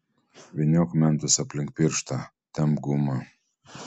vyniok mentus aplink pirštą tempk gumą